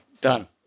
done